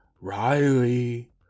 Riley